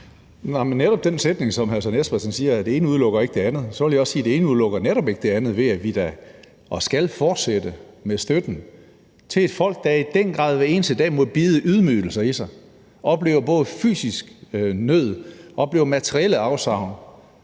forhold til den sætning, som hr. Søren Espersen siger, altså at det ene ikke udelukker det andet, vil jeg også sige, at det ene netop ikke udelukker det andet, ved at vi da skal fortsætte med støtten til et folk, der i den grad hver eneste dag må bide ydmygelser i sig, som oplever både fysisk nød, oplever materielle afsavn